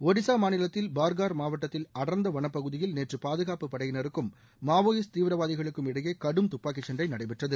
ஒடிசா மாநிலத்தில் பார்கார் மாவட்டத்தில் அடர்ந்த வனப்பகுதியில் நேற்று பாதுகாப்பு படையினருக்கும் மாவோயிஸ்ட் தீவிரவாதிகளுக்கும் இடையே கடும் துப்பாக்கிச் சண்டை நடைபெற்றது